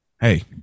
Hey